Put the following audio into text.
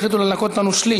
החליטו לנכות לנו שליש.